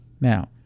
Now